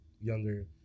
younger